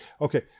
Okay